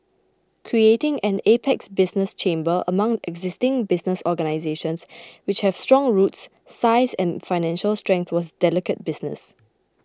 creating an apex business chamber among existing business organisations which have strong roots size and financial strength was delicate business